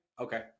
Okay